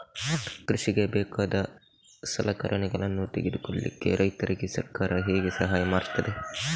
ಕೃಷಿಗೆ ಬೇಕಾದ ಸಲಕರಣೆಗಳನ್ನು ತೆಗೆದುಕೊಳ್ಳಿಕೆ ರೈತರಿಗೆ ಸರ್ಕಾರ ಹೇಗೆ ಸಹಾಯ ಮಾಡ್ತದೆ?